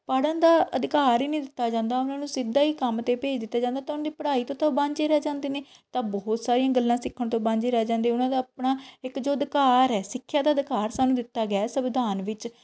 ਪੜ੍ਹਨ ਦਾ ਅਧਿਕਾਰ ਹੀ ਨਹੀਂ ਦਿੱਤਾ ਜਾਂਦਾ ਉਹਨਾਂ ਨੂੰ ਸਿੱਧਾ ਹੀ ਕੰਮ 'ਤੇ ਭੇਜ ਦਿੱਤਾ ਜਾਂਦਾ ਤਾਂ ਉਹਨਾਂ ਦੀ ਪੜ੍ਹਾਈ ਤੋਂ ਵਾਂਝੇ ਰਹਿ ਜਾਂਦੇ ਨੇ ਤਾਂ ਬਹੁਤ ਸਾਰੀਆਂ ਗੱਲਾਂ ਸਿੱਖਣ ਤੋਂ ਵਾਂਝੀ ਰਹਿ ਜਾਂਦੇ ਉਹਨਾਂ ਦਾ ਆਪਣਾ ਇੱਕ ਜੋ ਅਧਿਕਾਰ ਹੈ ਸਿੱਖਿਆ ਤਾਂ ਅਧਿਕਾਰ ਸਾਨੂੰ ਦਿੱਤਾ ਗਿਆ ਸੰਵਿਧਾਨ ਵਿੱਚ